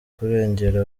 kurengera